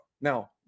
Now